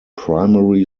primary